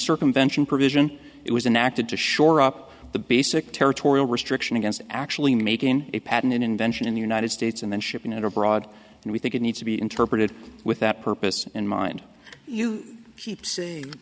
circumvention provision it was enacted to shore up the basic territorial restriction against actually making a patent an invention in the united states and then shipping it a broad and we think it needs to be interpreted with that purpose in mind you sheep